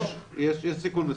יש סיכון מסוים.